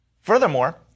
Furthermore